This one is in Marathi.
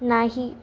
नाही